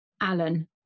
Alan